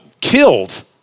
killed